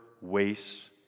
wastes